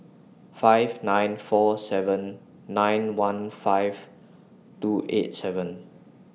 five nine four seven nine one five two eight seven